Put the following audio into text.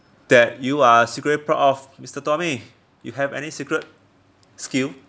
that you are secretly proud of mister tommy you have any secret skill